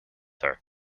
her